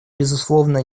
безусловно